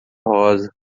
rosa